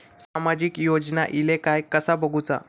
सामाजिक योजना इले काय कसा बघुचा?